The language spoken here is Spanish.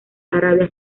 arabia